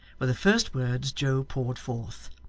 were the first words joe poured forth.